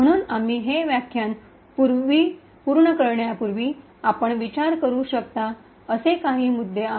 म्हणून आम्ही हे व्याख्यान पूर्ण करण्यापूर्वी आपण विचार करू शकता असे काही मुद्दे आहेत